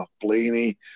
Blaney